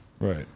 Right